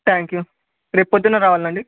thank you రేపు పొద్దున్న రావల్నా అండి